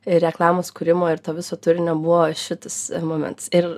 ir reklamos kūrimo ir to viso turinio buvo šitas moments ir